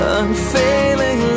unfailing